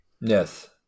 Yes